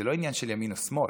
זה לא עניין של ימין או שמאל.